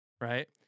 Right